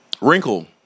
wrinkle